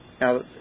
Now